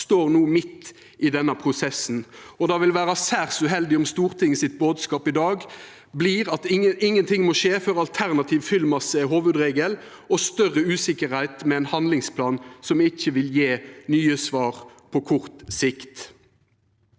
står no midt i denne prosessen, og det vil vera særs uheldig om Stortingets bodskap i dag vert at ingenting må skje før alternativ fyllmasse er hovudregelen, og større usikkerheit med ein handlingsplan som ikkje vil gje nye svar på kort sikt.